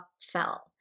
fell